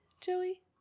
Joey